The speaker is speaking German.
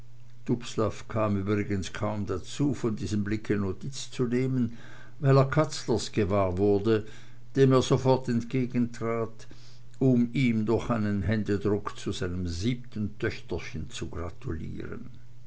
kam übrigens kaum dazu von diesem blicke notiz zu nehmen weil er katzlers gewahr wurde dem er sofort entgegentrat um ihm durch einen händedruck zu dem siebenten töchterchen zu gratulieren